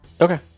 okay